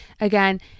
again